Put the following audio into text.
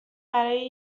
برای